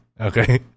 Okay